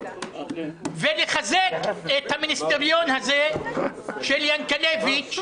ולחזק את המיניסטריון הזה של ינקלביץ',